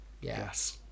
Yes